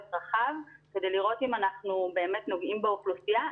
רחב כדי לראות אם אנחנו באמת נוגעים באוכלוסייה.